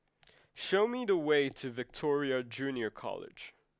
show me the way to Victoria Junior College